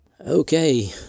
Okay